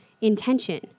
intention